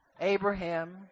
Abraham